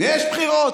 יש בחירות.